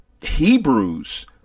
Hebrews